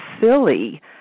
silly